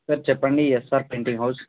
sir చెప్పండి SR painting house